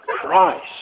Christ